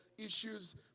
issues